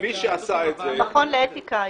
המכון לאתיקה.